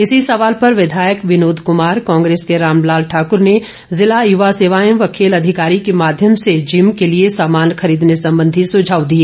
इसी सवाल पर विधायक विनोद कुमार कांग्रेस के रामलाल ठाक्र ने जिला युवा सेवाएं एवं खेल अधिकारी के माध्यम से जिम के लिए सामान खरीदने संबंधी सुझाव दिए